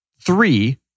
three